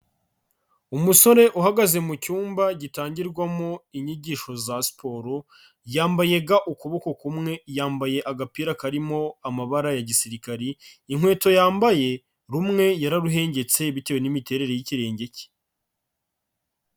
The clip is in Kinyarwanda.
Umusore uhagaze mu cyumba gitangirwamo inyigisho za siporo, yambaye ga ukuboko kumwe, yambaye agapira karimo amabara ya gisirikare, inkweto yambaye rumwe yararuhengetse bitewe n'imiterere y'kirenge cye.